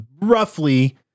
roughly